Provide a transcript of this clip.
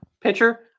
pitcher